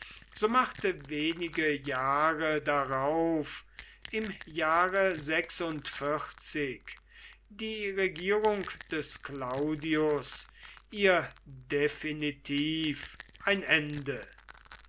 so machte wenige jahre darauf im jahre die regierung des claudius ihr definitiv ein ende